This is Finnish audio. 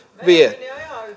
vie